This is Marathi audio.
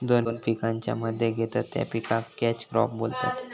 दोन पिकांच्या मध्ये घेतत त्या पिकाक कॅच क्रॉप बोलतत